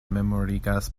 memorigas